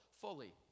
fully